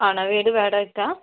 ആണോ വീട് വാടകയ്ക്കാണോ